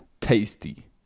Tasty